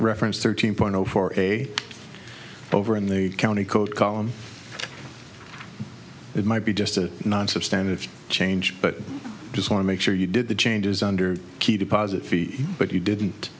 reference thirteen point zero for a over in the county code column it might be just a nonstandard change but just want to make sure you did the changes under key deposit fee but you didn't